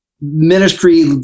ministry